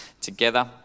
together